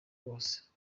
bose